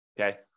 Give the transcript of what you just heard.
okay